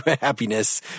happiness